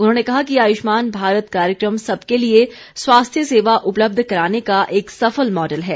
उन्होंने कहा कि आयुष्मान भारत कार्यक्रम सबके लिये स्वास्थ्य सेवा उपलब्ध कराने का एक सफल मॉडल है